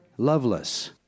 Loveless